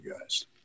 guys